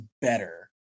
better